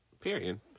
Period